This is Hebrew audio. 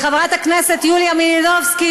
חברת הכנסת יוליה מלינובסקי,